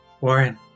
Warren